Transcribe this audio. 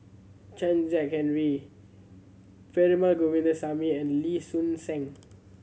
Chen Kezhan Henri Perumal Govindaswamy and Lee Soon Seng